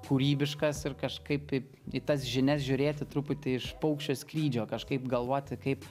kūrybiškas ir kažkaip į tas žinias žiūrėti truputį iš paukščio skrydžio kažkaip galvoti kaip